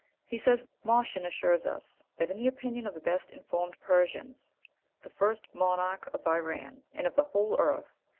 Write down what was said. he says moshan assures us that in the opinion of the best informed persians the first monarch of iran, and of the whole earth,